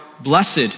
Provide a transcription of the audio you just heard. blessed